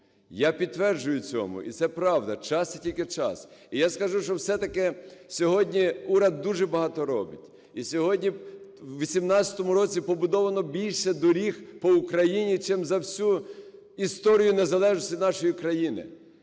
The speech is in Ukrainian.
Я підтверджую цьому, і це правда: час і тільки час. І я скажу, що все-таки сьогодні уряд дуже багато робить. І сьогодні, в 18-му році, побудовано більше доріг по Україні, чим за всю історію незалежності нашої країни.